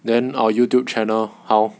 then our YouTube channel how